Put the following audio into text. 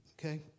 okay